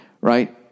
right